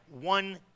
one